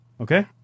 Okay